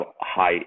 high